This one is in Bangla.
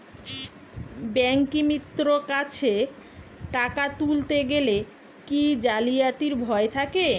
ব্যাঙ্কিমিত্র কাছে টাকা তুলতে গেলে কি জালিয়াতির ভয় থাকে?